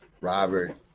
Robert